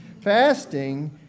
Fasting